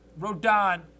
Rodon